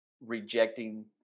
rejecting